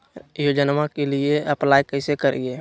योजनामा के लिए अप्लाई कैसे करिए?